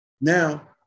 Now